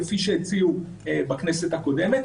כפי שהציעו בכנסת הקודמת,